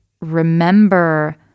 remember